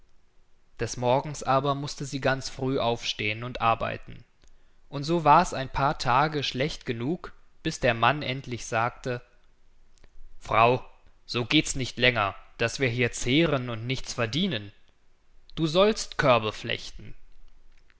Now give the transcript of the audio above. des morgens aber mußte sie ganz früh aufstehen und arbeiten und so wars ein paar tage schlecht genug bis der mann endlich sagte frau so gehts nicht länger daß wir hier zehren und nichts verdienen du sollst körbe flechten